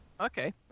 okay